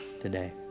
today